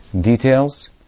Details